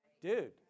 dude